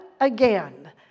again